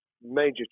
major